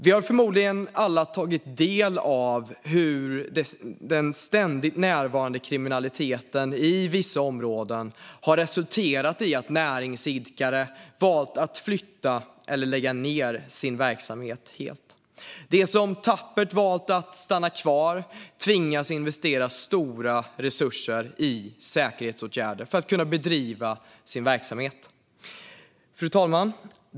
Vi har förmodligen alla tagit del av hur den ständigt närvarande kriminaliteten i vissa områden har resulterat i att näringsidkare valt att flytta eller lägga ned sin verksamhet. De som tappert stannar kvar tvingas investera stora resurser i säkerhetsåtgärder för att kunna bedriva sin verksamhet. Fru talman!